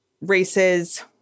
races